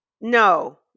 no